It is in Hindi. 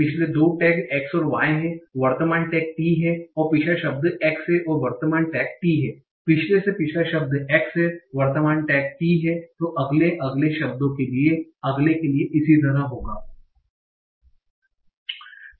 पिछले दो टैग x और y हैं वर्तमान टैग t है पिछला शब्द x है और वर्तमान टैग t है पिछला से पिछला शब्द x है वर्तमान टैग t है तो अगले अगले शब्दों के लिए अगले के लिए इसी तरह है